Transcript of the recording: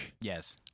yes